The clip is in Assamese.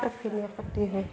ক্ষতি হয়